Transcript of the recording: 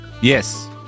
Yes